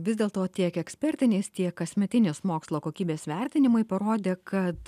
vis dėlto tiek ekspertinis tiek kasmetinis mokslo kokybės vertinimai parodė kad